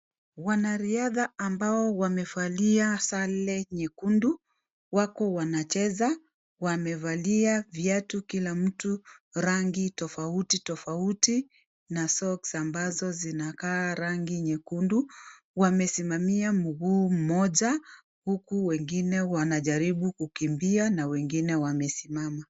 Wanariadha ambao wamevalia sare nyekundu wako wanacheza. Wamevalia viatu kila mtu rangi tofauti tofauti na socks ambazo zinakaa rangi nyekundu. Wamesimamia mguu mmoja huku wengine wanajaribu kukimbia na wengine wamesimama.